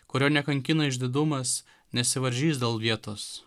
kurio nekankina išdidumas nesivaržys dėl vietos